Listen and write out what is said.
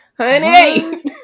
Honey